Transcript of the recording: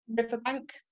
riverbank